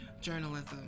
journalism